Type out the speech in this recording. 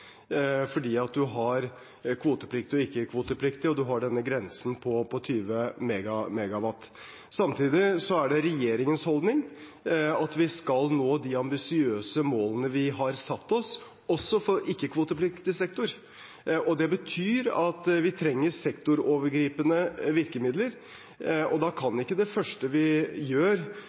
har kvotepliktige og ikke-kvotepliktige, og man har denne grensen på 20 MW. Samtidig er det regjeringens holdning at vi skal nå de ambisiøse målene vi har satt oss, også for ikke-kvotepliktig sektor, og det betyr at vi trenger sektorovergripende virkemidler. Da kan ikke det første vi gjør